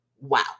Wow